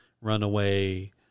runaway